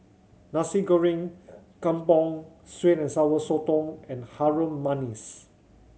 Nasi Goreng Kampung sweet and Sour Sotong and Harum Manis